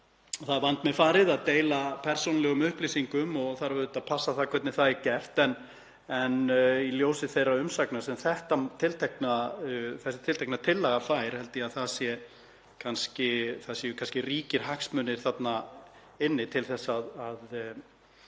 er vandmeðfarið að deila persónulegum upplýsingum og þarf auðvitað að passa hvernig það er gert. En í ljósi þeirra umsagna sem þessi tiltekna tillaga fær held ég að það séu kannski ríkir hagsmunir þarna inni til að